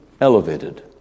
elevated